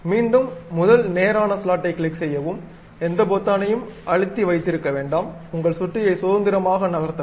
மீண்டும் முதல் நேரான ஸ்லாட்டை கிளிக் செய்யவும் எந்த பொத்தானையும் அழுத்தி வைத்திருக்க வேண்டாம் உங்கள் சுட்டியை சுதந்திரமாக நகர்த்தவும்